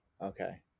okay